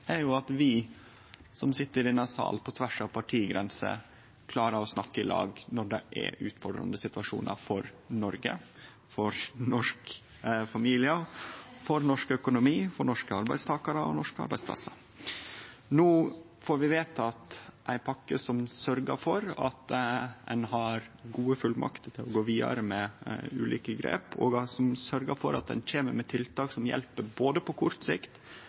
vi som sit i denne salen, på tvers av partigrenser klarer å snakke i lag når det er utfordrande situasjonar for Noreg, for norske familiar, for norsk økonomi, for norske arbeidstakarar og for norske arbeidsplassar. No får vi vedteke ei pakke som sørgjer for at ein har gode fullmakter til å gå vidare med ulike grep, og som sørgjer for at ein kjem med tiltak som hjelper både på kort sikt